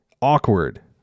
awkward